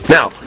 Now